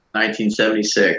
1976